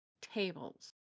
tables